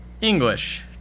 english